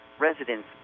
residents